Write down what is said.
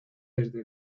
desde